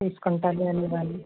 తీసుకుంటారు లేండి వాళ్ళు